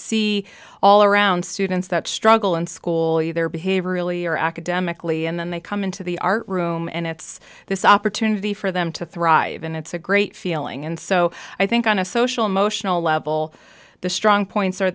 see all around students that struggle in school you their behavior really are academically and then they come into the art room and it's this opportunity for them to thrive and it's a great feeling and so i think on a social emotional level the strong points